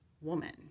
woman